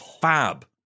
fab